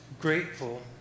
grateful